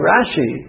Rashi